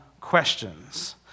questions